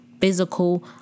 physical